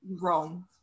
Wrong